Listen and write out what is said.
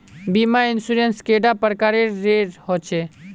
बीमा इंश्योरेंस कैडा प्रकारेर रेर होचे